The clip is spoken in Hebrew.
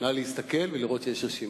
נא להסתכל ולראות שיש רשימה.